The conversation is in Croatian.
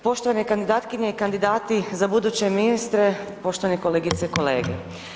Poštovane kandidatkinje i kandidati za buduće ministre, poštovane kolegice i kolege.